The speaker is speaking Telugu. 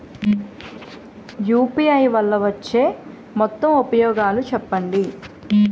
యు.పి.ఐ వల్ల వచ్చే మొత్తం ఉపయోగాలు చెప్పండి?